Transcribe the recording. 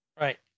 Right